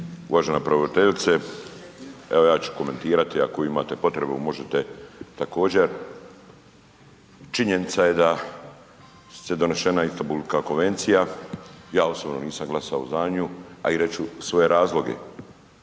Uvažena pravobraniteljice evo ja ću komentirati, ako vi imate potrebu možete također. Činjenica je da se donešena Istanbulska konvencija, ja osobno nisam glasao za nju, a i reći ću svoje razloge.